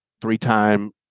three-time